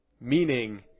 Meaning